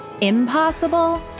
impossible